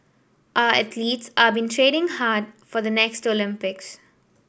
our athletes are been training hard for the next Olympics